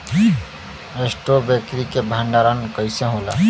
Strawberry के भंडारन कइसे होला?